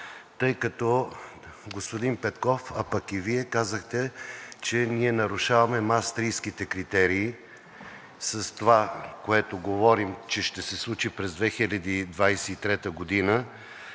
тъй като господин Петков, а и Вие казахте, че ние нарушаваме Маастрихтските критерии с това, което говорим, че ще се случи през 2023 г.